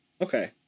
Okay